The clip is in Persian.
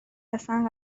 اصلا